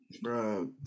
Bro